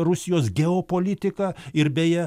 rusijos geopolitiką ir beje